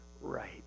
right